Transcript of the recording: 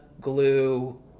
Glue